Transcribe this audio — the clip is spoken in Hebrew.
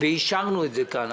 אישרנו את זה כאן.